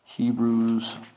Hebrews